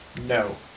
No